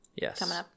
Yes